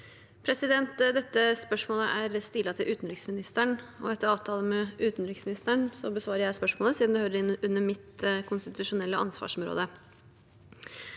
Dette spørsmålet er stilet til utenriksministeren, og etter avtale med utenriksministeren besvarer jeg spørsmålet, siden det ligger inn under mitt konstitusjonelle ansvarsområde.